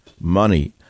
money